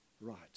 Right